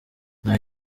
nta